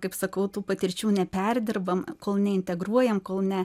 kaip sakau tų patirčių neperdirbam kol neintegruojam kol ne